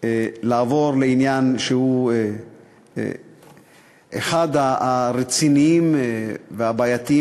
נעבור לעניין שהוא אחד הרציניים והבעייתיים